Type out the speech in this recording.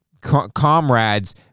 comrades